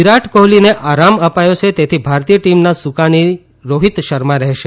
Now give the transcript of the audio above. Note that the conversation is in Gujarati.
વિરાટ કોહલીને આરામ અપાયો છે તેથી ભારતીય ટીમના સુકાની રોહિત શર્મા રહેશે